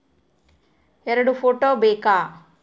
ಎರಡು ಫೋಟೋ ಬೇಕಾ?